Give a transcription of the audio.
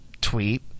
tweet